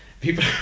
people